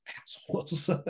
assholes